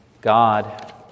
God